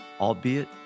albeit